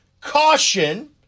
caution